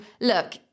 look